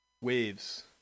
Waves